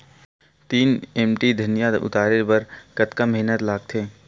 तीन एम.टी धनिया उतारे बर कतका मेहनती लागथे?